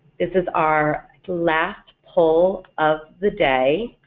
this is our last poll of the day,